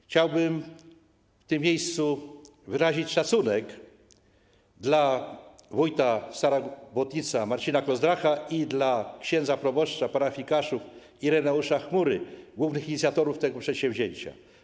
Chciałbym w tym miejscu wyrazić szacunek dla wójta Starej Błotnicy Marcina Kozdracha i dla księdza proboszcza parafii Kaszów Ireneusza Chmury, głównych inicjatorów tego przedsięwzięcia.